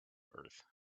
earth